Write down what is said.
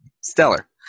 Stellar